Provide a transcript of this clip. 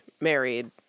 married